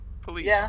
police